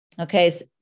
Okay